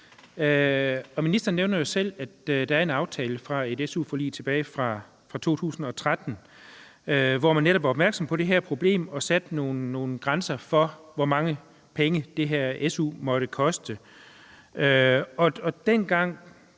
Ministeren nævner jo selv, at der er en aftale fra et SU-forlig tilbage i 2013, hvor man netop var opmærksom på det her problem og satte nogle grænser for, hvor mange penge det her SU måtte koste.